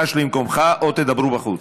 גש למקומך או תדברו בחוץ.